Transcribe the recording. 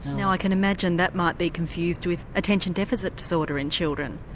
now i can imagine that might be confused with attention deficit disorder in children.